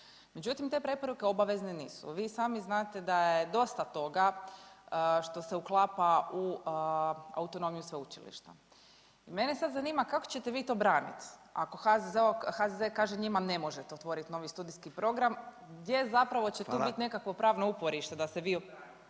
Međutim, te preporuke obavezne nisu. Vi i sami znate da je dosta toga što se uklapa u autonomiju sveučilišta. Mene sad zanima kako ćete vi to braniti ako HZZ kaže njima ne možete otvoriti novi studijski program … …/Upadica Radin: Hvala./… Gdje zapravo će tu biti nekakvo pravno uporište da se vi